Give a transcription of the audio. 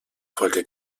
folge